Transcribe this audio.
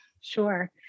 sure